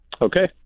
okay